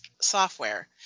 software